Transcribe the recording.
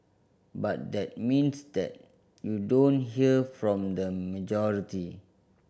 but that means that you don't hear from the majority